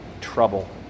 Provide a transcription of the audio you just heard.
trouble